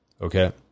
Okay